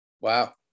wow